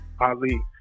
ali